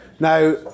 Now